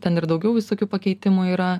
ten ir daugiau visokių pakeitimų yra